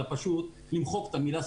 אלא פשוט למחוק את המלה,